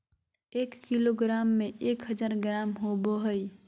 एक किलोग्राम में एक हजार ग्राम होबो हइ